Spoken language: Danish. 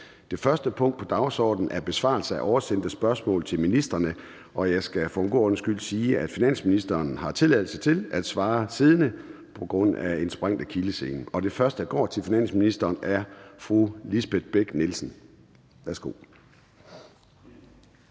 Det første punkt på dagsordenen er: 1) Besvarelse af oversendte spørgsmål til ministrene (spørgetid). Kl. 13:00 Formanden (Søren Gade): Jeg skal for god ordens skyld sige, at finansministeren har tilladelse til at svare siddende på grund af en sprængt akillessene. Det første spørgsmål er til finansministeren af fru Lisbeth Bech-Nielsen.